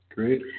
Great